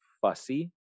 fussy